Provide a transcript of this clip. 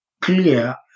clear